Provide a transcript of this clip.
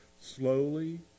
slowly